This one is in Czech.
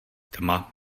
tma